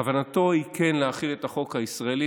כוונתו היא כן להחיל את החוק הישראלי.